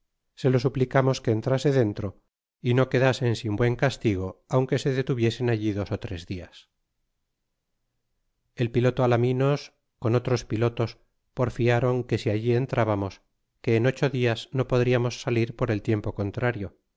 batallas seto suplicamos que entrase dentro y no quedasen sin buen castigo aunque se detuviesen allí dos ó tres dias el piloto alaminos con otros pilotos porilárony que si allí entrbamos que en ocho días no podriarnos salir por el tiempo conbario